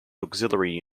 auxiliary